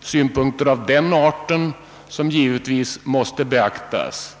synpunkter av den arten som givetvis måste beaktas.